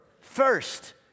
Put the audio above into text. first